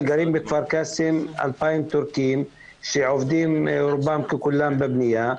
בכפר קאסם גרים כ-2,000 טורקים שעובדים רובם ככולם בבנייה,